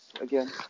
again